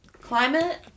climate